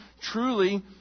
Truly